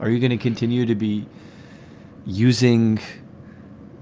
are you going to continue to be using